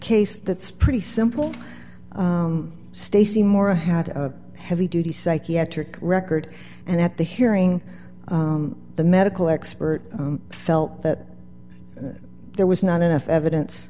case that's pretty simple stacey mora had a heavy duty psychiatric record and at the hearing the medical expert felt that there was not enough evidence